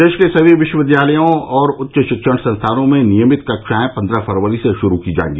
प्रदेश के सभी विश्वविद्यालयों और उच्च शिक्षण संस्थानों में नियमित कक्षाएं पन्द्रह फरवरी से शुरू की जायेंगी